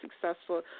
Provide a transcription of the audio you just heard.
successful